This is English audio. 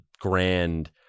grand